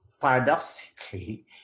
paradoxically